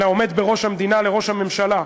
לעומד בראש המדינה, לראש הממשלה.